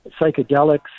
psychedelics